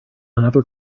another